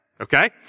okay